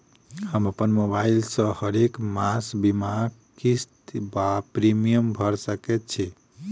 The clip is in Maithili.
हम अप्पन मोबाइल सँ हरेक मास बीमाक किस्त वा प्रिमियम भैर सकैत छी?